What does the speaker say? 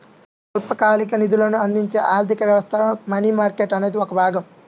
స్వల్పకాలిక నిధులను అందించే ఆర్థిక వ్యవస్థలో మనీ మార్కెట్ అనేది ఒక భాగం